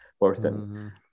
person